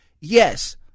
Yes